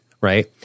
Right